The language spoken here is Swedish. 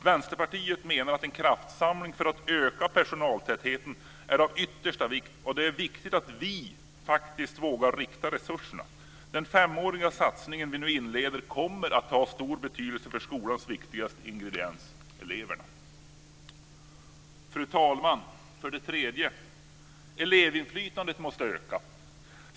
Vänsterpartiet menar att en kraftsamling för att öka personaltätheten är av yttersta vikt och att det är viktigt att vi faktiskt vågar rikta resurserna. Den femåriga satsning vi nu inleder kommer att ha stor betydelse för skolans viktigaste ingrediens - eleverna. Fru talman! För det tredje måste elevinflytandet öka.